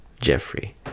jeffrey